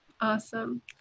awesome